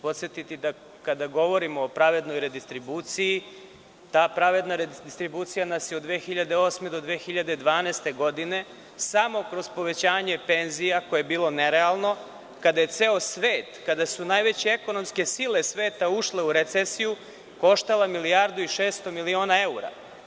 Podsetiću vas da, kada govorimo o pravednoj redistribuciji, ta pravedna redistribucija nas je od 2008. do 2012. godine, samo kroz povećanje penzija, koje je bilo nerealno, kada je ceo svet, kada su najveće ekonomske sile sveta ušle u recesiju, koštala milijardu i 600 miliona evra.